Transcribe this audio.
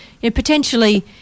potentially